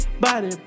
body